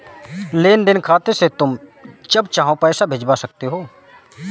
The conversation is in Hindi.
लेन देन खाते से तुम जब चाहो पैसा भिजवा सकते हो